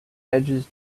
edges